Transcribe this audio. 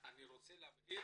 אני רוצה להבהיר